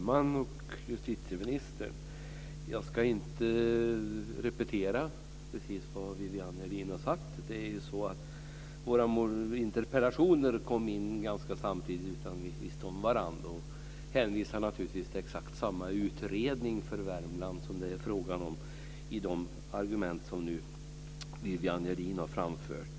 Fru talman! Justitieministern! Jag ska inte repetera vad Viviann Gerdin har sagt. Våra interpellationer kom in samtidigt, utan att vi visste om varandras. Jag hänvisar naturligtvis till exakt samma utredning för Värmland som det är fråga om i de argument som Viviann Gerdin nu har framfört.